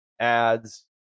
Ads